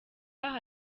kandi